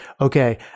Okay